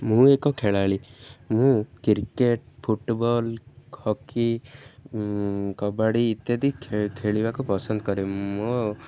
ମୁଁ ଏକ ଖେଳାଳି ମୁଁ କ୍ରିକେଟ ଫୁଟବଲ୍ ହକି କବାଡ଼ି ଇତ୍ୟାଦି ଖେ ଖେଳିବାକୁ ପସନ୍ଦ କରେ ମୋ